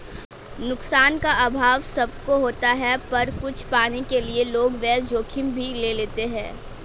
नुकसान का अभाव सब को होता पर कुछ पाने के लिए लोग वो जोखिम भी ले लेते है